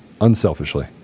unselfishly